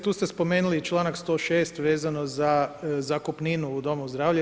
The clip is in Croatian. Tu ste spomenuli i članak 106. vezano za zakupninu u domu zdravlja.